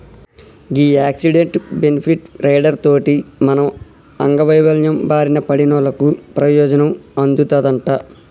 గీ accident, benefit rider తోటి మనం అంగవైవల్యం బారిన పడినోళ్ళకు పెయోజనం అందుతదంట